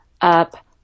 up